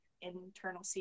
internal